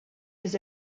was